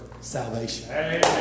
Salvation